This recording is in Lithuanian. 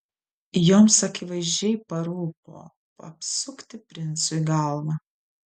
joms akivaizdžiai parūpo apsukti princui galvą